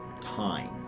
time